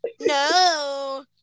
No